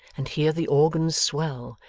and hear the organ's swell,